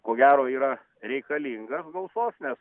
ko gero yra reikalingas gausos nes